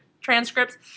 transcripts